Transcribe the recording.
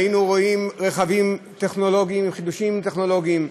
היינו רואים רכבים עם חידושים טכנולוגיים,